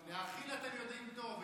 להכיל אתם יודעים טוב,